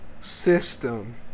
system